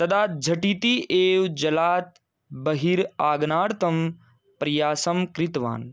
तदा झटिति एव जलात् बहिः आगमनार्थं प्रयासं कृतवान्